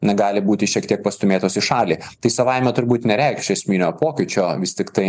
negali būti šiek tiek pastūmėtos į šalį tai savaime turbūt nereikš esminio pokyčio vis tiktai